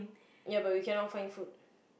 never we cannot find food